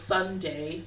Sunday